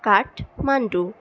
Kathmandu